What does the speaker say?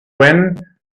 when